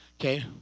okay